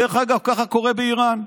דרך אגב, כך קורה באיראן.